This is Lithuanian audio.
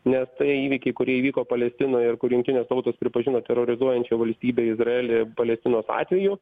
nes tai įvykiai kurie įvyko palestinoj ir kur jungtinės tautos pripažino terorizuojančia valstybe izraelį palestinos atveju